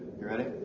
you ready?